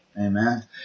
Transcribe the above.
Amen